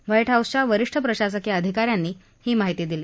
white हाऊसच्या वरीष्ठ प्रशासकीय अधिकाऱ्यानं ही माहिती दिली